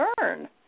learn